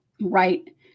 right